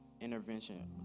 Intervention